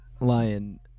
lion